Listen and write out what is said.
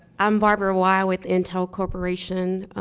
i'm barbara whye with intel corperation.